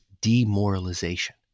demoralization